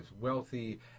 wealthy